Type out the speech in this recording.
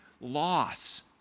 Loss